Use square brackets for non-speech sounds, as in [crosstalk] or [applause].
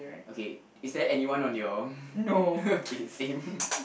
okay is there anyone on your [breath] okay same [laughs]